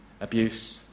abuse